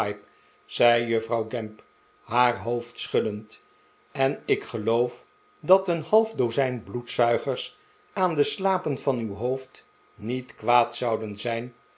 zei juffrouw gamp haar hoofd schuddend en ik geloof dat een half dozijn bloedzuigers aan de slapen van uw hoofd niet kwaad zouden zijn